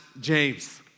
James